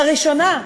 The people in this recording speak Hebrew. לראשונה,